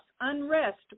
unrest